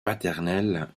paternel